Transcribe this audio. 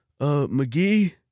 McGee